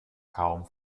kaum